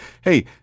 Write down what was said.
hey